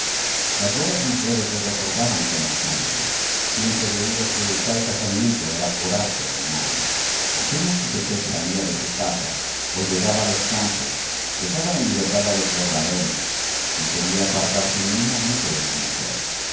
las buenas mujeres lo recordaban con escándalo bien se veía que el tal casamiento era por arte del malo apenas si pepet salía de su casa olvidaba los campos dejaba en libertad a los jornaleros no quería apartarse ni un momento de su mujer